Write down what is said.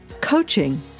coaching